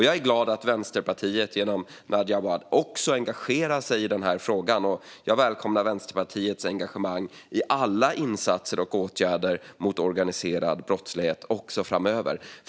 Jag är glad över att Vänsterpartiet genom Nadja Awad också engagerar sig i den här frågan. Jag välkomnar Vänsterpartiets engagemang i alla insatser och åtgärder mot organiserad brottslighet också framöver.